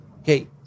okay